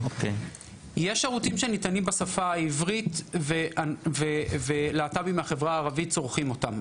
יש שירותים שניתנים בשפה העברית ולהט״בים מהחברה הערבית צורכים אותם.